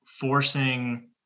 forcing